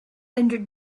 entered